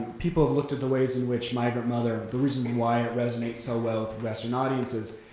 people have looked at the ways in which migrant mother, the reason why it resonates so well with western audiences,